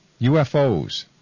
UFOs